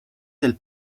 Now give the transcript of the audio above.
del